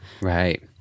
right